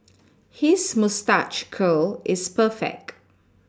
his moustache curl is perfect